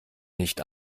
nicht